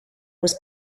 was